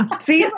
See